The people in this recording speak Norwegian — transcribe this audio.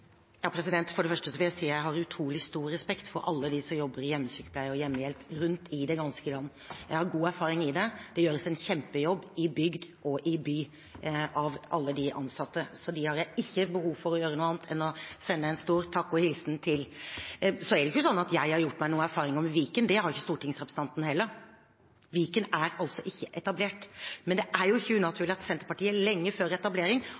For det første vil jeg si jeg har utrolig stor respekt for alle dem som jobber i hjemmesykepleien og er hjemmehjelp rundt i det ganske land. Jeg har god erfaring i det, og det gjøres en kjempejobb i bygd og i by av alle de ansatte. Til dem har jeg ikke behov for å gjøre noe annet enn å sende en stor takk og hilsen. Så er det ikke sånn at jeg har gjort meg noen erfaringer om Viken. Det har ikke stortingsrepresentanten heller. Viken er altså ikke etablert. Men det er jo ikke unaturlig at Senterpartiet, lenge før etablering,